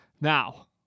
Now